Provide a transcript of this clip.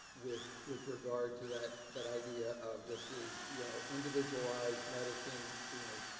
with with regard to that that idea of, this is you know individualized medicine, you know,